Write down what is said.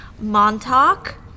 Montauk